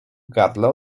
gardle